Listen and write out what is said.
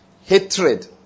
Hatred